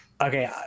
Okay